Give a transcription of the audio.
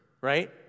right